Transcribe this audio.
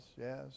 yes